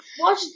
watch